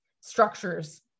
structures